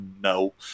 no